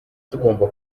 tugomba